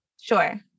Sure